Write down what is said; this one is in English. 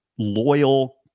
loyal